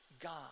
God